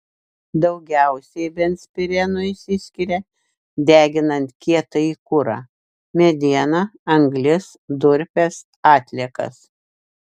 daugiausiai benzpireno išsiskiria deginant kietąjį kurą medieną anglis durpes atliekas